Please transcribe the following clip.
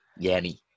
Yanny